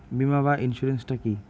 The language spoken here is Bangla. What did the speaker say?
বিমা বা ইন্সুরেন্স টা কি?